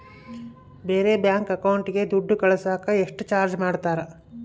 ಬೇರೆ ಬ್ಯಾಂಕ್ ಅಕೌಂಟಿಗೆ ದುಡ್ಡು ಕಳಸಾಕ ಎಷ್ಟು ಚಾರ್ಜ್ ಮಾಡತಾರ?